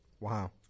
Wow